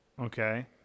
Okay